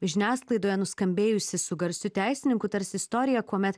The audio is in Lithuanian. žiniasklaidoje nuskambėjusi su garsiu teisininku tarsi istorija kuomet